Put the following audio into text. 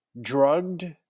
drugged